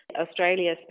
Australia